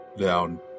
down